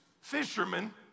fishermen